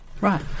Right